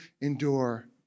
endure